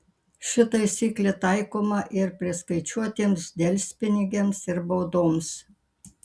ši taisyklė taikoma ir priskaičiuotiems delspinigiams ir baudoms